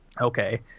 okay